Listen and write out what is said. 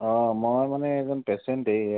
অঁ মই মানে এজন পেচেন্টেই